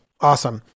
Awesome